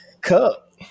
cup